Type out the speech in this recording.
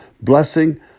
blessing